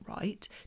right